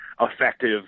effective